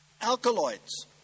Alkaloids